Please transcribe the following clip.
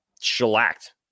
shellacked